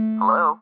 Hello